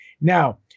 Now